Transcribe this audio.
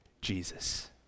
Jesus